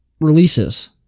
releases